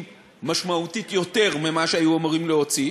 משמעותית יותר ממה שהיו אמורים להוציא,